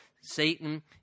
Satan